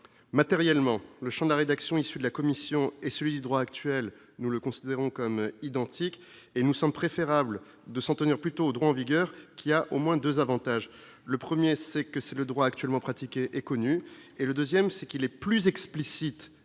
matériellement le Champ de la rédaction issue de la commission et celui du droit actuel, nous le considérons comme identiques et nous sommes préférable de s'en tenir plutôt au droit en vigueur qu'il y a au moins 2 avantages, le 1er c'est que c'est le droit actuellement pratiqués est connu, et le 2ème, c'est qu'il est plus explicite